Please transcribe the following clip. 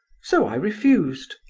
so i refused.